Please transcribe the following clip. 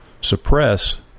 suppress